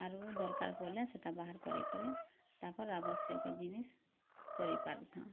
ଆରୁ ଦର୍କାର୍ ପଡ଼୍ଲେ ସେଟା ବାହାର୍ କରି କରି ତାକର୍ ଆବଶ୍ୟକ ଜିନିଷ୍ କରି ପାରୁଥାନ୍